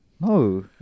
No